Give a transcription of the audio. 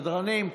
סדרנים,